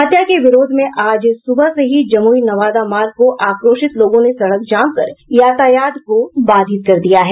हत्या के विरोध में आज सबह से ही जमुई नवादा मार्ग को आक्रोशित लोगों ने सड़क जाम कर यातायात को बाधित कर दिया है